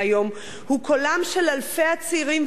הוא קולם של אלפי הצעירים והצעירות,